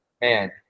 man